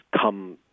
come